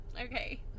Okay